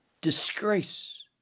disgrace